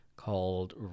called